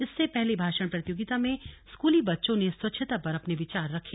इससे पहले भाषण प्रतियोगिता में स्कूली बच्चों ने स्वच्छता पर अपने विचार रखे